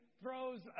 throws